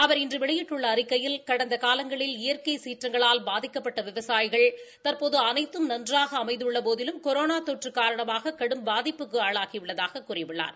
அவர் இன்று வெளியிட்டுள்ள அறிக்கையில் கடந்த காலங்களில் இயற்கை சீற்றங்களால் பாதிக்கப்பட்ட விவசாயிகள் தற்போது அனைத்தும் நன்றாக அமைந்துள்ள போதிலும் கொரோனா தொற்று காரணமாக கடும் பாதிப்புக்கு ஆளாகியுள்ளதாகக் கூறியுள்ளார்